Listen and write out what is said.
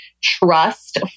trust